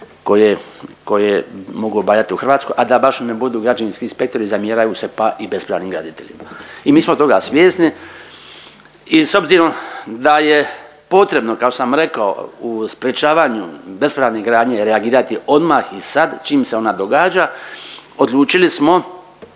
koje mogu obavljati u Hrvatskoj, a da baš ne budu građevinski inspektori zamjeraju se pa i bespravnim graditeljima. I mi smo toga svjesni i s obzirom da je potrebno kao što sam rekao u sprječavanju bespravne gradnje reagirati odmah i sad čim se ona događa odlučili smo